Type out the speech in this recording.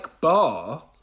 bar